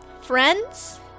friends